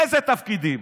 איזה תפקידים: